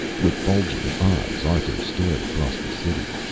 with bulging eyes arthur stared across the city.